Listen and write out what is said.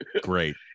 great